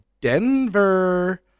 Denver